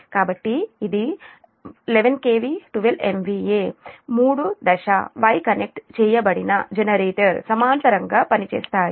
కాబట్టి ఇది 11 kV 12 MVA MVA మూడు దశ Y కనెక్ట్ చేయబడిన జనరేటర్ సమాంతరంగా పనిచేస్తాయి